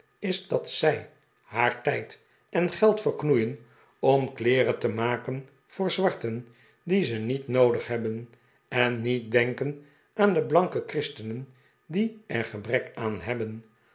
is dat zij haar tijd en geld verknoeien om kleeren te maken voor zwarten die ze niet noodig hebben en niet denken aan de blanke christenen die er gebrek aan hebben